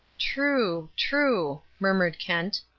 true, true, murmured kent.